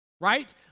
right